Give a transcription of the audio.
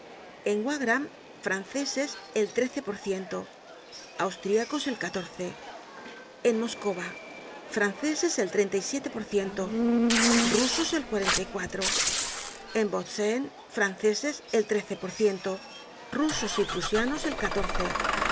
en wagram franceses el trece por ciento austríacos el catorce en moskowa franceses el treinta y siete por ciento rusos el cuarenta y cuatro en bautzen franceses el trece por ciento rusos y prusianos el catorce